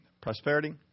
prosperity